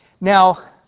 Now